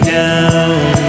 down